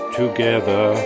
together